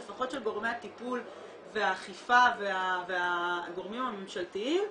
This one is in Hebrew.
לפחות של גורמי הטיפול והאכיפה והגורמים הממשלתיים,